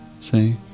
Say